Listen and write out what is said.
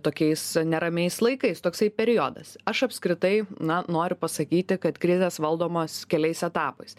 tokiais neramiais laikais toksai periodas aš apskritai na noriu pasakyti kad krizės valdomos keliais etapais